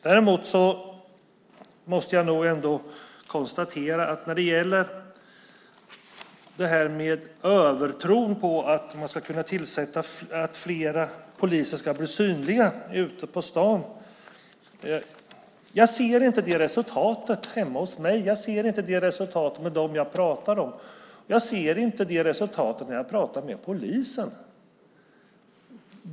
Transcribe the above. Jag måste ändå konstatera att det finns en övertro på att fler poliser ska bli synliga ute på stan. Jag ser inte det resultatet hemma hos mig. Jag ser inte det resultatet hos dem jag pratar om. Jag ser inte det resultatet när jag pratar med polisen.